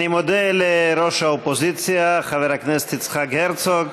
אני מודה ליושב-ראש האופוזיציה חבר הכנסת יצחק הרצוג.